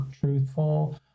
truthful